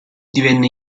divenne